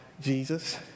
Jesus